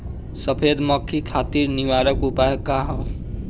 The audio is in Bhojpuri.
सफेद मक्खी खातिर निवारक उपाय का ह?